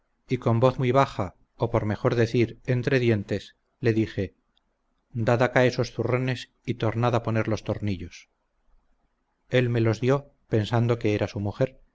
y con voz muy baja o por mejor decir entre dientes le dije dad acá esos zurrones y tornad a poner los tornillos él me los dió pensando que era su mujer